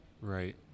right